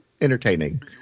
entertaining